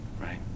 right